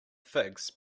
figs